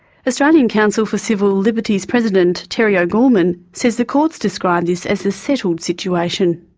australian council for civil liberties president, terry o'gorman, says the courts describe this as a settled situation.